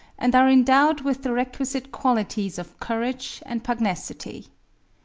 and are endowed with the requisite qualities of courage and pugnacity.